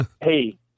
hey